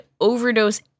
overdose